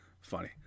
Funny